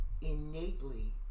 innately